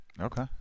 Okay